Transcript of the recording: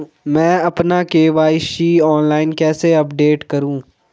मैं अपना KYC online कैसे अपडेट करूँ?